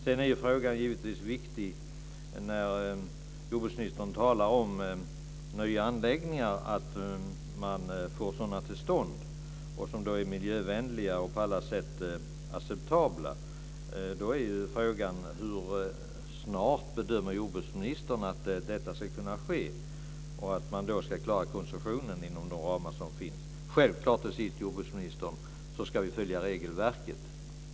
Det är givetvis viktigt att få nya anläggningar som är miljövänliga och på alla sätt acceptabla till stånd. Hur snart bedömer jordbruksministern att detta ska kunna ske för att klara koncessionen inom de ramar som finns? Självklart, jordbruksministern, ska vi följa regelverket.